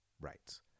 rights